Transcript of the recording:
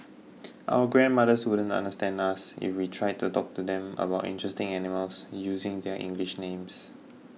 our grandmothers wouldn't understand us if we tried to talk to them about interesting animals using their English names